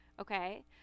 Okay